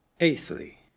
Eighthly